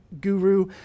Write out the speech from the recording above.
guru